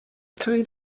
through